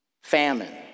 famine